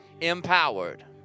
empowered